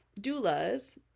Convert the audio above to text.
doulas